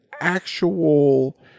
actual